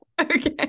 Okay